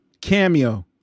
cameo